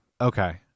Okay